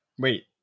Wait